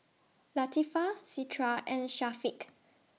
Latifa Citra and Syafiq